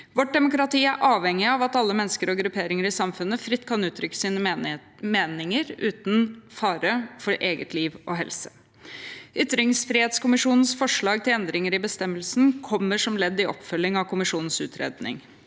Vårt demokrati er avhengig av at alle mennesker og grupperinger i samfunnet fritt kan uttrykke sine meninger uten fare for eget liv og helse. Ytringsfrihetskommisjonens forslag til endringer i bestemmelsen kommer som ledd i oppfølging av kommisjonens utredning.